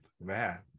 Man